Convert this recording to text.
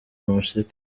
umuseke